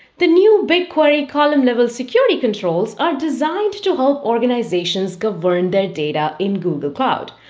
the new bigquery column-level security controls are designed to help organizations govern their data in google cloud.